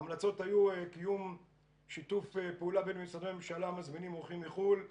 ההמלצות היו קיום שיתוף פעולה בין משרדי הממשלה המזמינים אורחים מחו"ל;